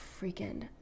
freaking